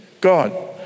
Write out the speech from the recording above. God